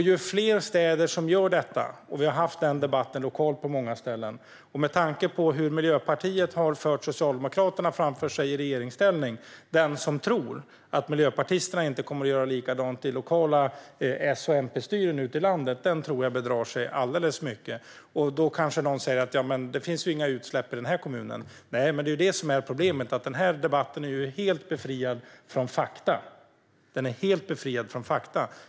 Ju fler städer som gör detta - vi har haft den debatten lokalt på många ställen - och med tanke på hur Miljöpartiet har fört Socialdemokraterna framför sig i regeringsställning, kan jag säga att den som tror att miljöpartisterna inte kommer att göra likadant i lokala S och MP-styren ute i landet tror jag bedrar sig alldeles. Då kanske någon säger att det inte finns några utsläpp i den här kommunen. Men det är det som är problemet, nämligen att denna debatt är helt befriad från fakta.